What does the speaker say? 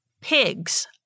Pigs